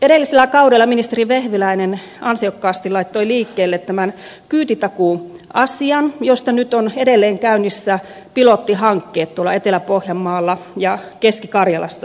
edellisellä kaudella ministeri vehviläinen ansiokkaasti laittoi liikkeelle tämän kyytitakuuasian josta nyt ovat edelleen käynnissä pilottihankkeet etelä pohjanmaalla ja keski karjalassa